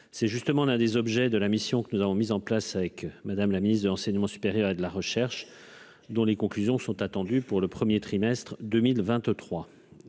c'est justement l'un des objets de la mission que nous avons mis en place avec madame la ministre de l'enseignement supérieur et de la recherche, dont les conclusions sont attendues pour le 1er trimestre 2023,